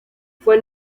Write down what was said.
fue